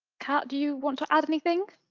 cat, do you want to add anything?